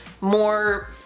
more